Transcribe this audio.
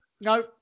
No